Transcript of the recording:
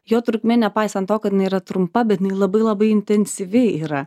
jo trukmė nepaisant to kad jinai yra trumpa bet labai labai intensyvi yra